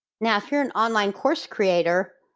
now if you're an online course creator,